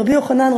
רבי יוחנן,